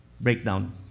breakdown